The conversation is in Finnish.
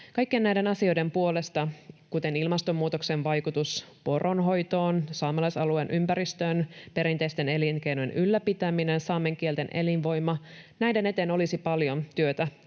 Kaikkien näiden asioiden puolesta — kuten ilmastonmuutoksen vaikutus poronhoitoon ja saamelaisalueen ympäristöön, perinteisten elinkeinojen ylläpitäminen, saamen kielten elinvoima — olisi paljon työtä